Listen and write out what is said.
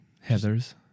Heather's